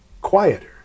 quieter